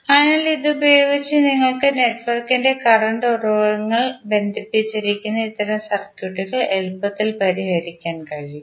അതിനാൽ ഇതുപയോഗിച്ച് നിങ്ങൾക്ക് നെറ്റ്വർക്കിൽ കറന്റ് ഉറവിടങ്ങൾ ബന്ധിപ്പിച്ചിരിക്കുന്ന ഇത്തരം സർക്യൂട്ടുകൾ എളുപ്പത്തിൽ പരിഹരിക്കാൻ കഴിയും